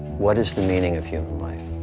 what is the meaning of human life?